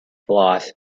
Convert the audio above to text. floss